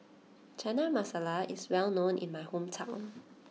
Chana Masala is well known in my hometown